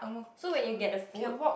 so when you get the food